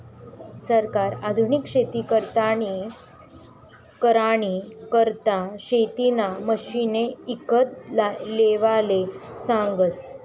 सरकार आधुनिक शेती करानी करता शेतीना मशिने ईकत लेवाले सांगस